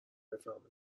بفرمایید